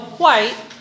white